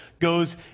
goes